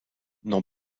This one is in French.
n’en